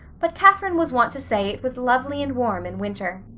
but catherine was wont to say it was lovely and warm in winter.